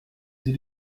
sie